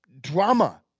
Drama